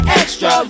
extra